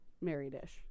married-ish